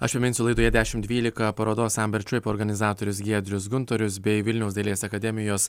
aš priminsiu laidoje dešimt dvylika parodos ember trip organizatorius giedrius guntorius bei vilniaus dailės akademijos